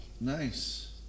nice